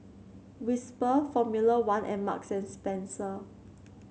Whisper Formula One and Marks and Spencer